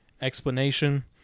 explanation